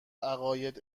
عقاید